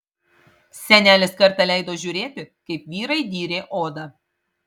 senelis kartą leido žiūrėti kaip vyrai dyrė odą